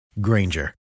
Granger